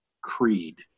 Creed